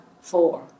four